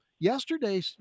Yesterday